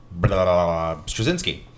Straczynski